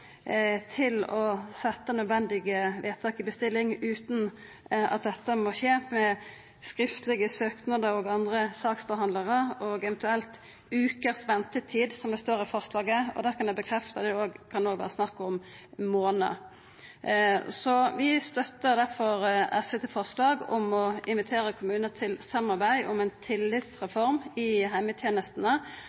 til å setja nødvendige vedtak i bestilling utan at dette må skje med skriftlege søknader, andre saksbehandlarar og eventuelt ei ventetid på fleire veker, som det står i forslaget. Eg kan bekrefta at det òg kan vera snakk om månader. Vi støttar difor forslaget frå SV om å invitera kommunar til samarbeid om ei tillitsreform i heimetenestene.